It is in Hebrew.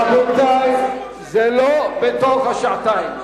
הכול בתוך השעתיים,